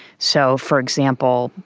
so, for example,